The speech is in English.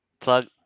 plug